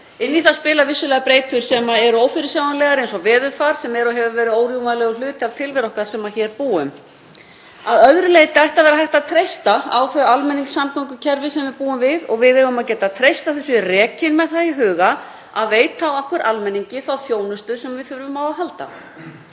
Inn í það spila vissulega breytur sem eru ófyrirsjáanlegar eins og veðurfar sem er og hefur verið órjúfanlegur hluti af tilveru okkar sem hér búum. Að öðru leyti ætti að vera hægt að treysta á þau almenningssamgöngukerfi sem við búum við og við eigum að geta treyst því að þau séu rekin með það í huga að veita okkur almenningi þá þjónustu sem við þurfum á að halda.